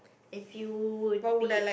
if you would be